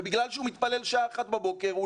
ובגלל שהוא מתפלל שעה אחת בבוקר הוא